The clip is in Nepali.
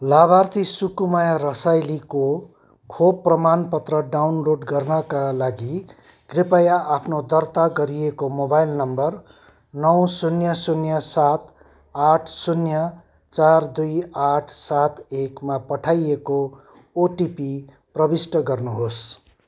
लाभार्थी सुकुमाया रसाइलीको खोप प्रमाणपत्र डाउनलोड गर्नाका लागि कृपया आफ्नो दर्ता गरिएको मोबाइल नम्बर नौ शून्य शून्य सात आठ शून्य चार दुई आठ सात एकमा पठाइएको ओटिपी प्रविष्ट गर्नुहोस्